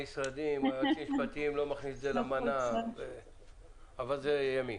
היועצים המשפטיים לא מכניסים את זה --- אבל זה יהיה ימים.